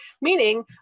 meaning